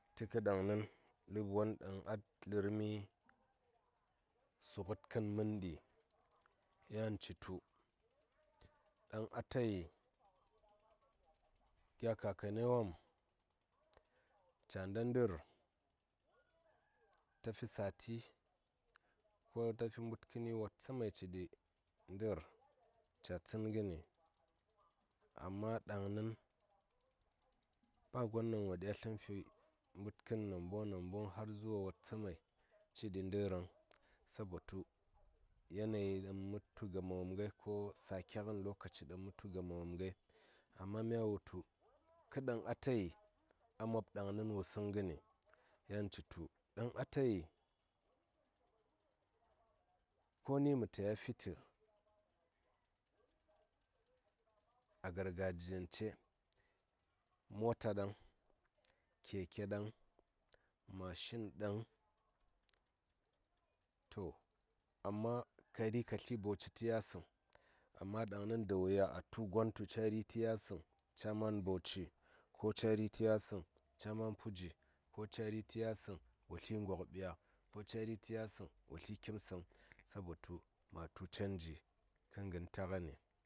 Tə kə daŋnin ləbwon ɗaŋ a lərmi su ngəd kən məndi yan citu ɗaŋ ata yi gya kakanni wom caa nɗa ndər ta fi sati ko ta fi mbudkəni wattsəmai ciɗi ndər ca tsən ngəni amma daŋnin ba gon ɗaŋ wo fi mbudkən namboŋ namboŋ har zuwa wattsəmai ciɗi ndərəŋ sabo tu yanayi ɗaŋ mə tu gama wom ngai ko sake ngən lokaci daŋ mə tu gama wom ngai amma mya wutu kə ɗaŋ ata yi a mob ɗaŋni wusəŋ ngəni yan citu ɗaŋ atayi koni mə ta ya fi ti a gargajiyance mota ɗaŋ keke ɗaŋ mashin ɗaŋ to amma ka ri ka tli bauci tə yasəŋ amma ɗaŋnin da wuya a wumtu gon ca ri tə yasəŋ ca man bauci koca ri tə yasəŋ ca man puji ko ca ri tə yasəŋ wo tli ngobbiya ko ca ri tə yasəŋ wo tli kim səŋ sabotu ma tu canji ngən ta ngəni.